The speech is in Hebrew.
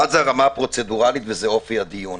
אחת זה הרמה הפרוצדורלית וזה אופי הדיון.